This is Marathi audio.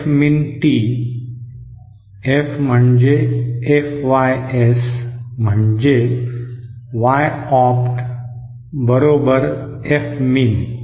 F मीन टी F म्हणजे FYS म्हणजे Y ऑप्ट बरोबर F मीन